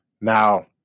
Now